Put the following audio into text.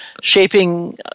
shaping